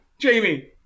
jamie